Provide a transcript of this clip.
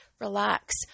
relax